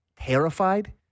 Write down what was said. terrified